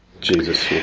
Jesus